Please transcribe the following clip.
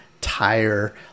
tire